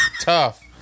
Tough